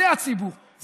זה הציבור,